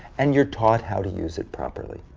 and you're taught how to use it properly.